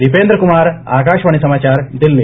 दीपेन्द्र कुमार आकाशबाणी समाचार दिल्ली